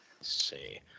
see